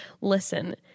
listen